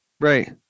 Right